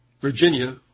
Virginia